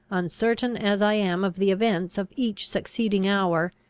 uncertain as i am of the events of each succeeding hour,